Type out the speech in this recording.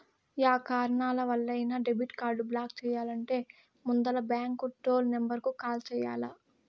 yeah కారణాలవల్లైనా debit card block చెయ్యాలంటే ముందల బాంకు టోల్ నెంబరుకు కాల్ చెయ్యాల్ల